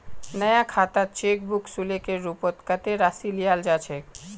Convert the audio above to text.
नया खातात cheque book शुल्केर रूपत कत्ते राशि लियाल जा छेक